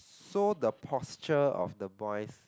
so the posture of the boys